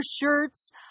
shirts